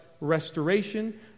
restoration